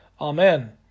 Amen